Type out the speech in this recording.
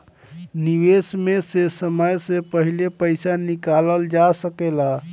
निवेश में से समय से पहले पईसा निकालल जा सेकला?